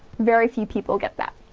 very few people get that.